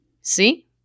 See